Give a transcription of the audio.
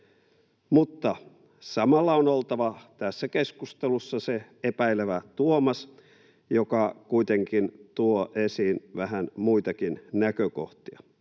Mutta samalla on oltava tässä keskustelussa se epäilevä tuomas, joka kuitenkin tuo esiin vähän muitakin näkökohtia.